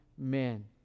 amen